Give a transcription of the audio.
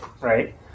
right